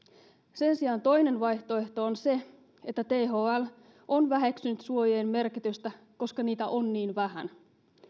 sen sijaan toinen vaihtoehto on se että thl on väheksynyt suojien merkitystä koska niitä on niin vähän